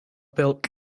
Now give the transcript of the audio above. built